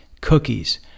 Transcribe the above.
cookies